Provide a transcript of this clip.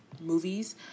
movies